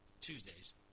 Tuesdays